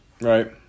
right